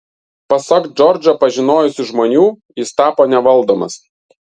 pasak džordžą pažinojusių žmonių jis tapo nevaldomas